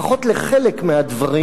לפחות על חלק מהדברים,